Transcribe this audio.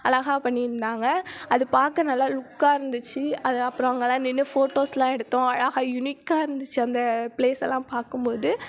அழகாக பண்ணியிருந்தாங்க அது பார்க்க நல்லா லுக்காக இருந்துச்சு அது அப்புறம் அங்கேலாம் நின்று ஃபோட்டோஸ்லாம் எடுத்தோம் அழகாக யுனிக்காக இருந்துச்சு அந்த ப்ளேஸ் எல்லாம் பார்க்கும் போது